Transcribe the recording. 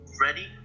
ready